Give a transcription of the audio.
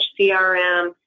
CRM